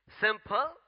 simple